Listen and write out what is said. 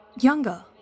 younger